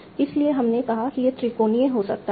इसलिए हमने कहा कि यह त्रिकोणीय हो सकता है